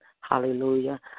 Hallelujah